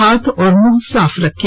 हाथ और मुंह साफ रखें